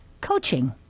coaching